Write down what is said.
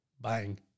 bang